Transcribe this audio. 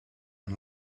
and